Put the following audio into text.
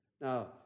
Now